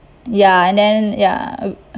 ya and then ya